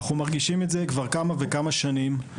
אנחנו מרגישים את זה כבר כמה וכמה שנים.